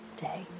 day